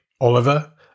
oliver